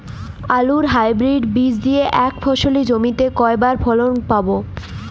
আলুর হাইব্রিড বীজ দিয়ে এক ফসলী জমিতে কয়বার ফলন পাব?